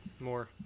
more